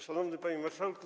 Szanowny Panie Marszałku!